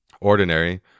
ordinary